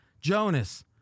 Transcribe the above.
jonas